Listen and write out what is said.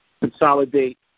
consolidate